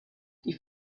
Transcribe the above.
die